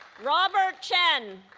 robert chen